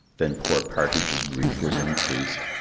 then poor partridge's grief was increased.